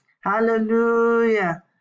Hallelujah